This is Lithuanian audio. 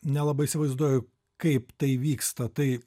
nelabai įsivaizduoju kaip tai vyksta tai